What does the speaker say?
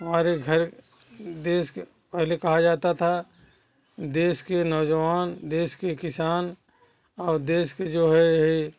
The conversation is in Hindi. हमारे घर देश के पहले कहा जाता था देश के नौजवान देश के किसान और देश के जो है है